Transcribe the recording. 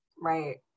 Right